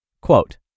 Quote